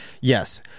Yes